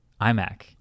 iMac